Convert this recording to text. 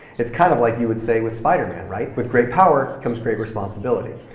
it's kind of like you would say with spiderman, right. with great power comes great responsibility.